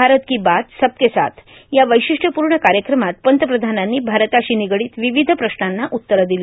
भारत की बात सबके साथ या वैशिष्ट्यपूर्ण कार्यक्रमात पंतप्रधानांनी भारताशी निगडीत विविध प्रश्नांना उत्तरं दिली